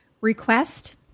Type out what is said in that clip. request